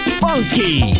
funky